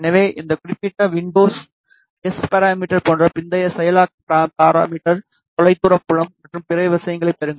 எனவே இந்த குறிப்பிட்ட வின்டோஸ் எஸ் பாராமிடர் போன்ற பிந்தைய செயலாக்க பாராமிடர் தொலைதூர புலம் மற்றும் பிற விஷயங்களைப் பெறுங்கள்